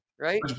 Right